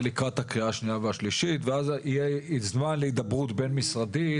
לקראת הקריאה השנייה והשלישית ואז יהיה זמן להידברות בין משרדית,